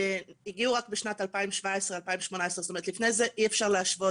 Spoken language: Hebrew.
הגיעו רק בשנת 2017-2018. לפני זה אי אפשר להשוות,